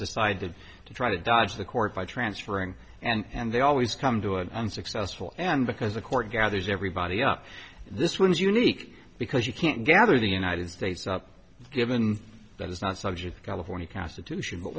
decided to try to dodge the court by transferring and they always come to an unsuccessful and because the court gathers everybody up this one is unique because you can't gather the united states given that is not subject to california constitution but